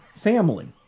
family